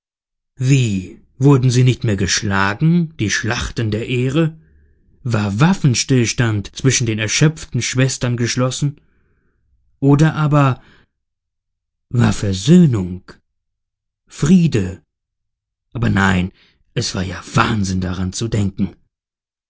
wie wurden sie nicht mehr geschlagen die schlachten der ehre war waffenstillstand zwischen den erschöpften schwestern geschlossen oder aber war versöhnung friede aber nein es war ja wahnsinn daran zu denken